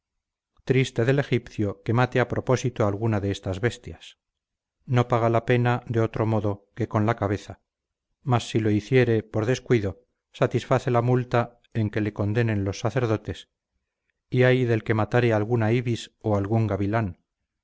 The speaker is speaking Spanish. triste del egipcio que mate a propósito alguna de estas bestias no paga la pena de otro modo que con la cabeza mas si lo hiciere por descuido satisface la multa en que le condenen los sacerdotes y ay del que matare alguna ibis o algún gavilán